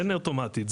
אין אוטומטית.